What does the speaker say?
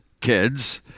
kids